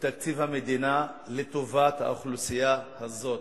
בתקציב המדינה לטובת האוכלוסייה הזאת.